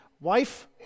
wife